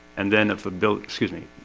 and then if the bill, excuse me,